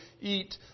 eat